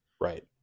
right